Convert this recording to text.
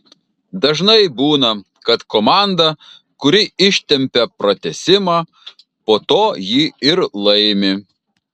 dažnai būna kad komanda kuri ištempią pratęsimą po to jį ir laimi